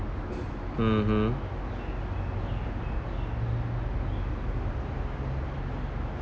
mmhmm